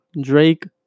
Drake